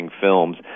films